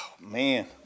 man